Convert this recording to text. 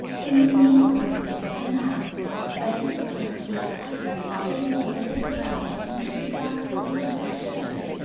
in the main part of the snow house freddie and flossie at first placed an old rug and two blocks of wood for chairs,